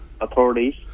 authorities